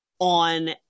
on